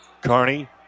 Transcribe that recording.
Carney